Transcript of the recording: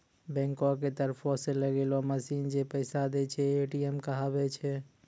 बैंको के तरफो से लगैलो मशीन जै पैसा दै छै, ए.टी.एम कहाबै छै